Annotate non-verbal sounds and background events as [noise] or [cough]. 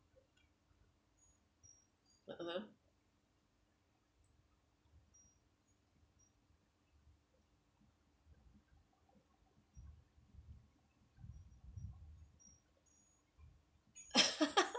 (uh huh) [laughs]